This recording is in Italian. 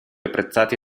apprezzati